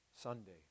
Sunday